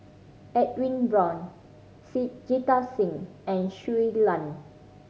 Edwin Brown Sit Jita Singh and Shui Lan